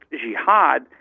Jihad